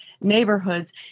neighborhoods